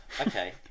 okay